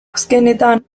azkenetan